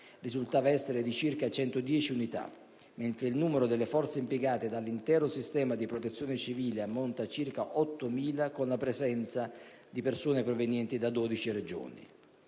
risultava essere di circa 110 unità, mentre il numero delle forze impiegate dall'intero sistema di Protezione civile ammonta a circa 8.000 con la presenza di persone provenienti da 12 Regioni.